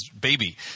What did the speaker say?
baby